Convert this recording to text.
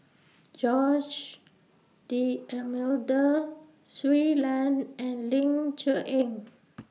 Jose D'almeida Shui Lan and Ling Cher Eng